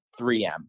3M